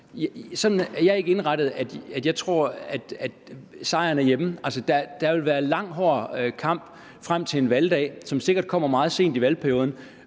jeg tror, at sejren er hjemme. Der vil være en lang, hård kamp frem til en valgdag, som sikkert kommer meget sent i valgperioden,